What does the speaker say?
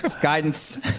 Guidance